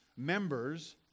members